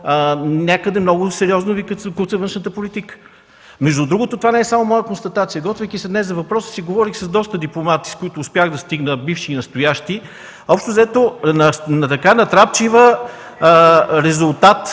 някъде много сериозно Ви куца външната политика. Между другото, това не е само моя констатация. Готвейки се днес за въпроса си, говорих с доста дипломати, до които успях да стигна – бивши и настоящи. Общо взето натрапчивото